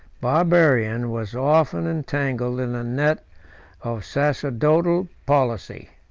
barbarian was often entangled in the net of sacerdotal policy.